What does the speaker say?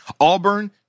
Auburn